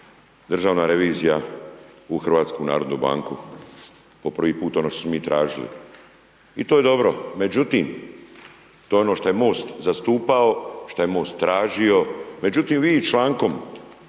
državna revizija u Hrvatsku narodnu banku, po prvi put ono što smo mi tražili i to je dobro. Međutim, to je ono što je MOST zastupao, šta je MOST tražio međutim vi člankom,